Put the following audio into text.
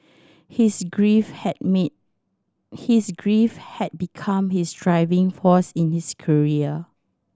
his grief had me his grief had become his driving force in his career